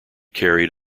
carried